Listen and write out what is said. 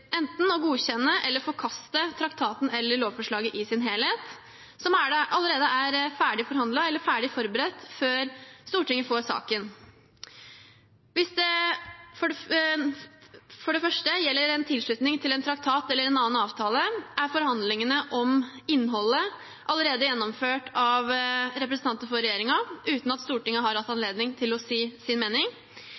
enten å godkjenne eller å forkaste traktaten eller lovforslaget i sin helhet, som allerede er ferdig forhandlet eller ferdig forberedt før Stortinget får saken. For det første: Gjelder det en tilslutning til en traktat eller en annen avtale, er forhandlingene om innholdet allerede gjennomført av representanter for regjeringen, uten at Stortinget har hatt